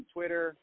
Twitter